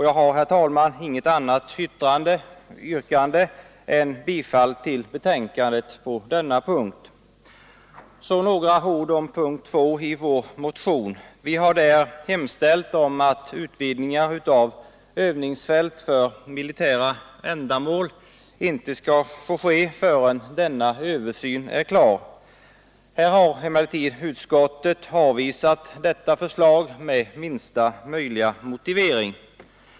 Jag har, herr talman, inget annat yrkande än om bifall till betänkandet på denna punkt. Så till slut några ord om punkten 2 i vår motion. Vi har där hemställt om att utvidgningar av övningsfält för militära ändamål inte skall få ske förrän denna översyn är klar. Här har emellertid utskottet avvisat detta förslag med minsta möjliga motivering.